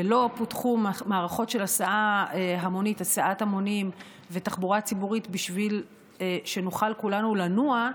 ולא פותחו מערכות של הסעת המונים ותחבורה ציבורית כדי שנוכל כולנו לנוע.